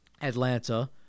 Atlanta